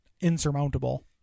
insurmountable